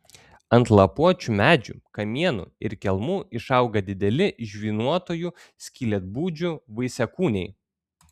ant lapuočių medžių kamienų ir kelmų išauga dideli žvynuotųjų skylėtbudžių vaisiakūniai